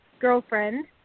girlfriend